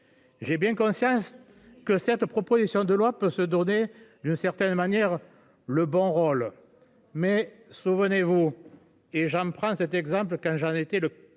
J'ai bien conscience. Que cette proposition de loi peut se donner d'une certaine manière le bon rôle. Mais souvenez-vous, et j'en prends cet exemple quand j'en étais le